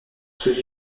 sous